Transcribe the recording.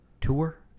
Tour